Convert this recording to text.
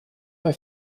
bei